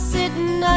Sitting